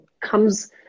comes